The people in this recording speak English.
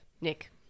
nick